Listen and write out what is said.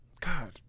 God